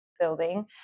building